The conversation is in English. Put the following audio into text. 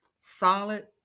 solid